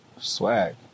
Swag